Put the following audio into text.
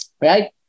right